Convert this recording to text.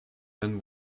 then